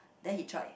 then he tried